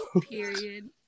Period